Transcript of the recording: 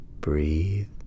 breathe